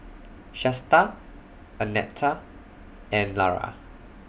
Shasta Annetta and Lara